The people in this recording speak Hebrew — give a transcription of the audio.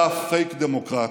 אתה פייק דמוקרט.